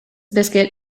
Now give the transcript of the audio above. biscuit